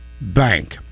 Bank